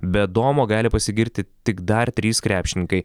be domo gali pasigirti tik dar trys krepšininkai